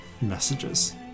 messages